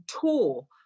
tour